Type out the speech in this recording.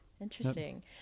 Interesting